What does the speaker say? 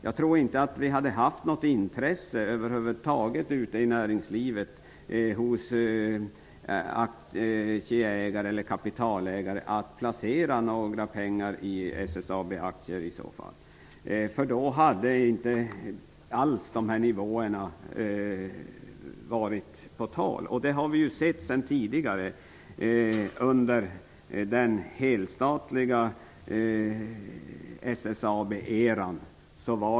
Jag tror inte att vi hade haft något intresse över huvud taget ute i näringslivet, hos aktieägare eller kapitalägare, för att placera pengar i SSAB-aktier i så fall. Då hade inte alls de här nivåerna varit på tal. Det har vi sett tidigare under den helstatliga SSAB eran.